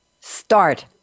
Start